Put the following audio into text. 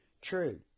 true